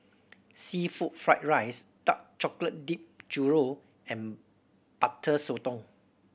seafood fried rice dark chocolate dipped churro and Butter Sotong